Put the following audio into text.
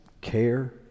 care